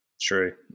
True